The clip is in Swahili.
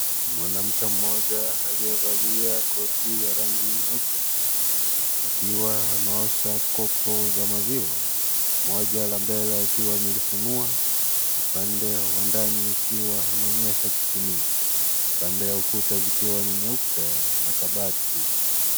Mwanamke mmoja aliyevalia koti ya rangi nyeupe akiwa anaosha kopo za maziwa moja la mbele akiwa amelifunua, upande wa ndani ukiwa anaonyesha kipimio upande ya kuta zikiwa ni nyeupe na kabati.